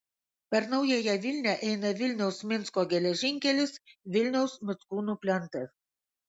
per naująją vilnią eina vilniaus minsko geležinkelis vilniaus mickūnų plentas